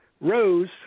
Rose